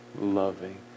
loving